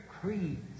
creeds